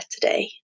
today